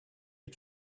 had